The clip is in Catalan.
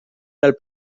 del